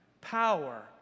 power